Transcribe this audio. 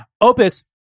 Opus